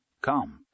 Come